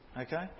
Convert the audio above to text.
okay